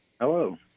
Hello